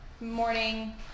morning